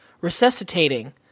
resuscitating